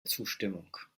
zustimmung